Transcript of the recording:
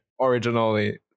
originally